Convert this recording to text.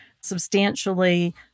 substantially